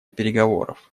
переговоров